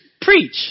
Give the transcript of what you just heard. preach